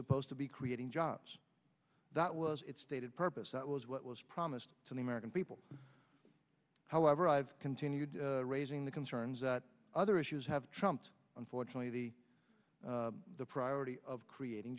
supposed to be creating jobs that was its stated purpose that was what was promised to the american people however i've continued raising the concerns that other issues have trumped unfortunately the the priority of creating